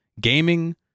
gaming